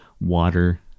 water